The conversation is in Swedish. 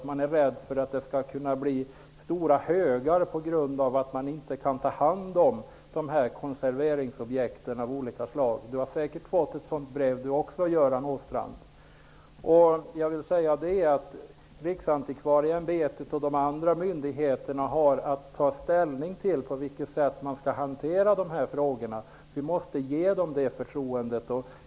Man är rädd för att det skall bli stora högar på grund av att man inte kan ta hand om dessa konserveringsobjekt av olika slag. Göran Åstrand har säkert också fått ett sådant brev. Riksantikvarieämbetet och andra myndigheter har att ta ställning till hur dessa frågor skall hanteras. Vi måste ge dem det förtroendet.